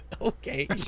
Okay